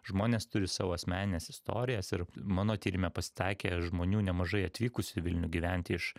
žmonės turi savo asmenines istorijas ir mano tyrime pasitaikė žmonių nemažai atvykusių į vilnių gyvent iš